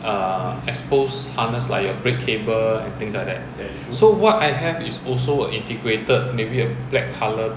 err exposed harness like your brake cable and things like that so what I have is also a integrated maybe a black colour